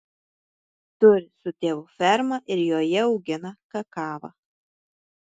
turi su tėvu fermą ir joje augina kakavą